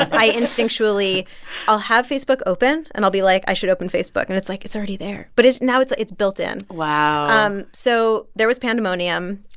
i instinctually i'll have facebook open. and i'll be like, i should open facebook. and it's like it's already there. but it's now it's it's built in wow um so there was pandemonium